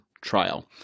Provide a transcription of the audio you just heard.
trial